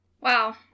wow